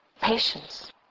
patience